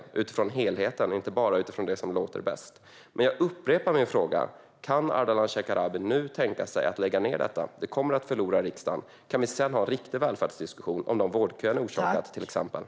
De dömer utifrån helheten och inte bara utifrån det som låter bäst. Jag upprepar min fråga: Kan Ardalan Shekarabi nu tänka sig att lägga ned detta? Förslaget kommer att förlora i riksdagen. Kan vi sedan ha en riktig välfärdsdiskussion, till exempel om de vårdköer ni har orsakat?